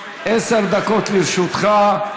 עשר דקות לרשותך.